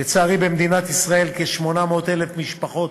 לצערי, במדינת ישראל כ-800,000 משפחות,